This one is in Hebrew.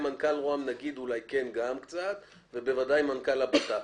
מנכ"ל משרד ראש הממשלה ובוודאי מנכ"ל המשרד לביטחון פנים.